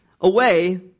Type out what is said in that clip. away